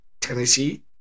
Tennessee